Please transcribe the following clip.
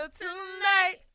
tonight